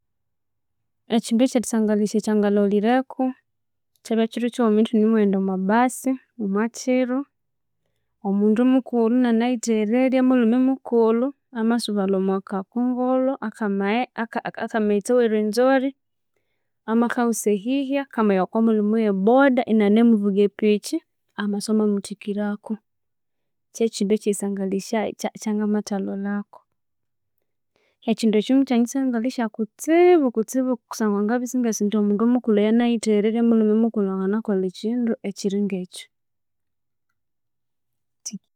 Ekindu ekyerisangalhisya ekya ngalholhireko kyabya kiro kighuma ithune omwa bus omwa kiro omundu mukulhu amasubalha omwa kakongolho aka- akamaghetse ake rwenzori amakaghusa eyihya kamawa okwa mulhume owe boda inianemuvuga epiki amaswe amamuthikirako kye kindu ekyerisangalhisya ekya kya nga mathalholhako ekyindu ekyo mukyanyisangalhisya kutsibu kutsibu kusangwa ngabya isingasi indi omundu mukulhu eyanayitheghererye omulhume mukulhu indi angi nakolha ekindu ekiringa ekyu.